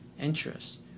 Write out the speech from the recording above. interest